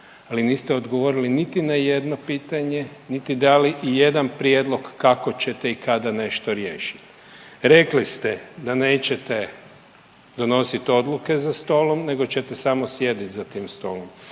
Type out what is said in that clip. ali niste odgovorili niti na jedno pitanje niti dali i jedan prijedlog kako ćete i kada nešto riješiti. Rekli ste da nećete donositi odluke za stolom, nego ćete samo sjediti za tim stolom.